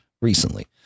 recently